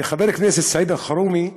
חבר הכנסת סעיד אלחרומי,